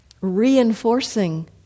reinforcing